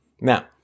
Now